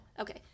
Okay